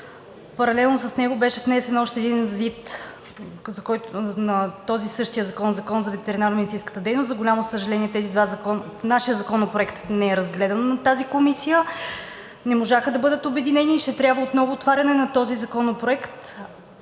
Паралелно с него беше внесен още един ЗИД на този същия закон – Закон за ветеринарномедицинската дейност. За голямо съжаление, нашият законопроект не е разгледан на тази комисия, не можаха да бъдат обединени и ще трябва отново отваряне на този законопроект,